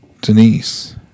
Denise